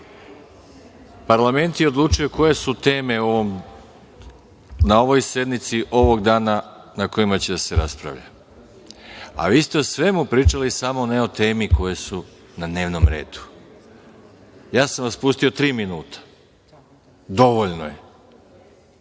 parlament je odlučio koje su teme na ovoj sednici, ovog dana, o kojima će da se raspravlja, a vi ste o svemu pričali samo ne o temama koje su na dnevnom redu. Pustio sam vas tri minuta. Dovoljno je